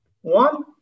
One